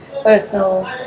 personal